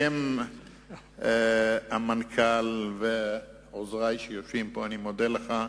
בשם המנכ"ל ועוזרי שיושבים פה, אני מודה לך,